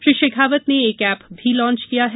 श्री शेखावत ने एक एप भी लांच किया है